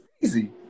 crazy